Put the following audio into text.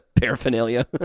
paraphernalia